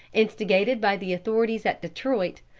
instigated by the authorities at detroit,